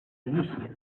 delicious